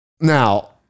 now